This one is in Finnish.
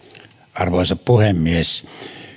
arvoisa puhemies